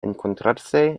encontrarse